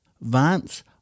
Vance